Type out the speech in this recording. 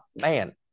man